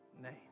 name